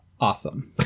Awesome